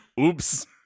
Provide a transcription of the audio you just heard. Oops